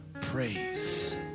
praise